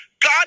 God